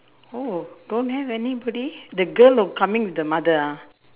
oh don't have anybody the girl coming with her mother ah